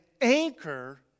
anchor